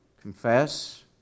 confess